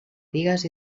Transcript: bigues